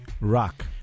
Rock